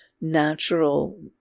natural